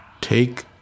take